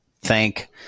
thank